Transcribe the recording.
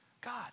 God